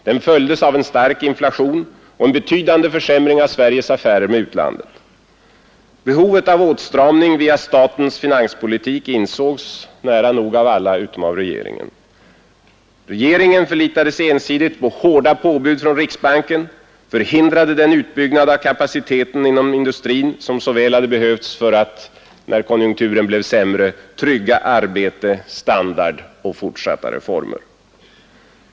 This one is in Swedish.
Den följdes av stark inflation och en betydande försämring av våra affärer med utlandet. Behovet av åtstramning via statens finanspolitik insågs nära nog av alla utom av regeringen. Regeringen förlitade sig ensidigt på hårda påbud från riksbanken, förhindrade den utbyggnad av kapaciteten inom industrin som så väl hade behövts för att när konjunkturen blev sämre trygga arbete, standard och fortsatta reformer.